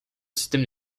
système